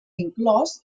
inclòs